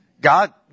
God